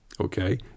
okay